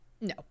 no